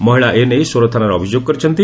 ମହିଳା ଏ ନେଇ ସୋର ଥାନାରେ ଅଭିଯୋଗ କରିଛନ୍ତି